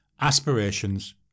Aspirations